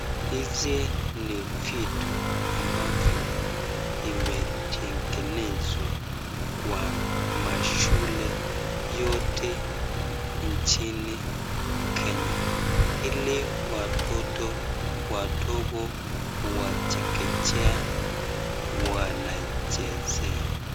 Hizi ni vitu ambavyo imetengenezwa kwa mashule yote nchini Kenya ili watoto wadogo wa chekechea wanachezea.